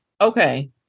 Okay